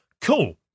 cool